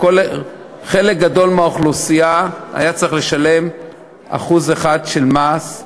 חלק גדול מהאוכלוסייה היה צריך לשלם 1% נוסף של מס,